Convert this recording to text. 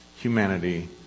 humanity